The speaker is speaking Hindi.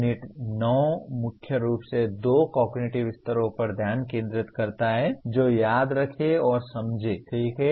और यूनिट 9 मुख्य रूप से दो कॉगनिटिव स्तरों पर ध्यान केंद्रित करता है जो याद रखें और समझें ठीक है